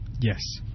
Yes